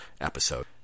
episode